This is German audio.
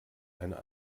einer